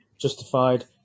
justified